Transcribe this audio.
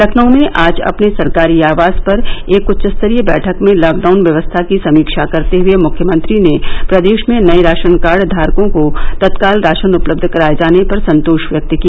लखनऊ में आज अपने सरकारी आवास पर एक उच्च स्तरीय बैठक में लॉकडाउन व्यवस्था की समीक्षा करते हए मुख्यमंत्री ने प्रदेश में नए राशन कार्ड धारकों को तत्काल राशन उपलब्ध कराए जाने पर संतोष व्यक्त किया